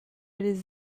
les